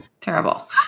Terrible